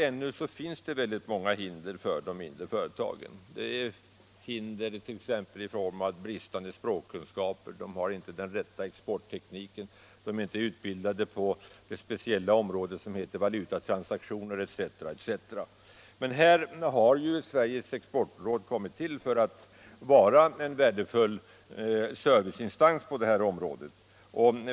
Ännu finns väldigt många hinder för de mindre företagen, såsom bristande språkkunskaper och fel exportteknik. De är inte heller utbildade på det speciella område som heter valutatransaktioner etc. Exportrådet har kommit till för att vara en serviceinstans på detta område.